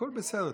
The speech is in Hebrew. הכול בסדר.